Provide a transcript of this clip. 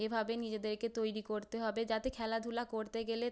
এভাবে নিজেদেরকে তৈরি করতে হবে যাতে খেলাধুলা করতে গেলে